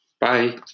Bye